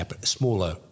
smaller